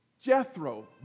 Jethro